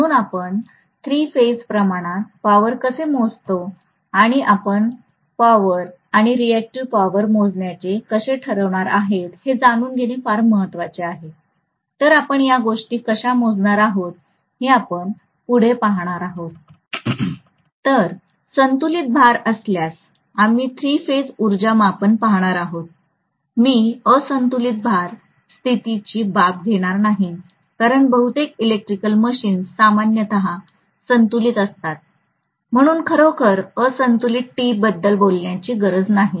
म्हणून आपण three phase प्रमाणात पॉवर कसे मोजतो आणि आपण पॉवर आणि रिऍक्टिव्ह पॉवर मोजण्याचे कसे ठरवणार आहोत हे जाणून घेणे फार महत्वाचे आहे तर आपण या गोष्टी कशा मोजणार आहोत हे आपण पुढे पाहणार आहोत तर संतुलित भार असल्यास आम्ही थ्री फेज उर्जा मापन पाहणार आहोत मी असंतुलित भार स्थितीची बाब घेणार नाही कारण बहुतेक इलेक्ट्रिकल मशीन्स सामान्यत संतुलित असतात म्हणून खरोखर असंतुलित T बद्दल बोलण्याची गरज नाही